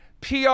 PR